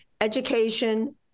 education